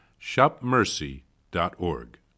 shopmercy.org